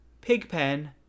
Pigpen